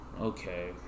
Okay